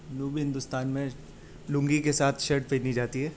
جنوبی ہندوستان میں لنگی کے ساتھ شرٹ پہنی جاتی ہے